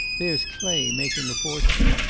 there's clay making a fortune.